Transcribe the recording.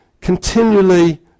continually